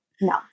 no